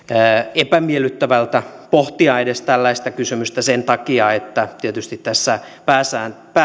epämiellyttävältä edes pohtia tällaista kysymystä sen takia että tietysti tässä